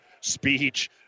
speech